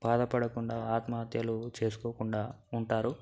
బాధపడకుండా ఆత్మహత్యలు చేసుకోకుండా ఉంటారు